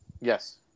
Yes